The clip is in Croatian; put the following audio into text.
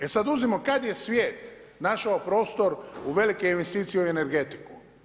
E sad uzmimo kad je svijet našao prostor u velike investicije u energiju.